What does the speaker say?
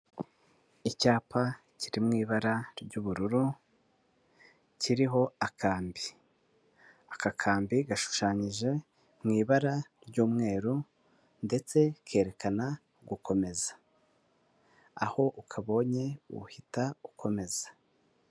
Icyapa kiri mu ibara ry'ubururu kiriho akambi, aka kambi gashushanyije mu ibara ry'umweru ndetse kerekana gukomeza aho ukabonye uhita ukomeza.